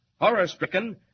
Horror-stricken